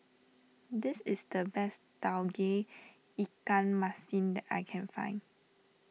this is the best Tauge Ikan Masin that I can find